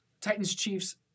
Titans-Chiefs